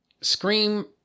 Scream